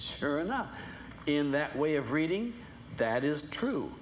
sure enough in that way of reading that is true